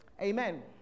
Amen